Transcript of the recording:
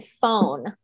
phone